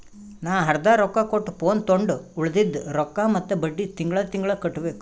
ನಾ ಅರ್ದಾ ರೊಕ್ಕಾ ಕೊಟ್ಟು ಫೋನ್ ತೊಂಡು ಉಳ್ದಿದ್ ರೊಕ್ಕಾ ಮತ್ತ ಬಡ್ಡಿ ತಿಂಗಳಾ ತಿಂಗಳಾ ಕಟ್ಟಬೇಕ್